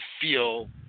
feel